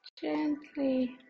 gently